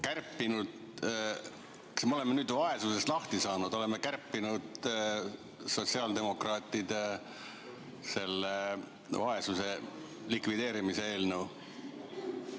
et kas me nüüd olemegi vaesusest lahti saanud, oleme kärpinud sotsiaaldemokraatide selle vaesuse likvideerimise eelnõu.